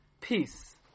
peace